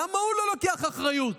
למה הוא לא לוקח אחריות?